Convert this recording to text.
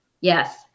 yes